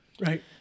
right